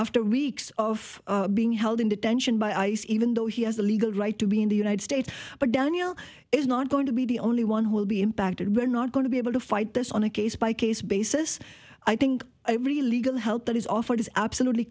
after weeks of being held in detention by ice even though he has a legal right to be in the united states but daniel is not going to be the only one who will be impacted we're not going to be able to fight this on a case by case basis i think every legal help that is offered is absolutely